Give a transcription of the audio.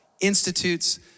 institutes